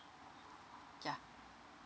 yeah